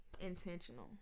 intentional